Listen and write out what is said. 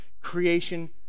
creation